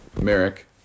Merrick